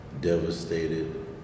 devastated